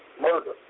murder